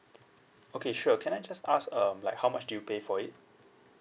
okay sure can I just ask um like how much did you pay for it